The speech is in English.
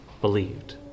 believed